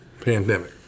pandemic